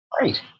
Right